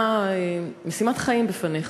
משימת חיים בפניך.